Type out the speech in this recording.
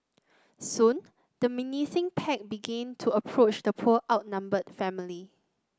soon the menacing pack began to approach the poor outnumbered family